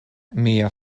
mia